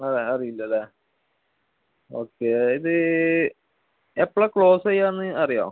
അതെ അറിയില്ല അല്ലേ ഓക്കെ ഇത് എപ്പോളാണ് ക്ലോസ് ചെയ്യുക എന്ന് അറിയുമോ